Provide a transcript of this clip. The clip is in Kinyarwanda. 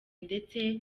ndetse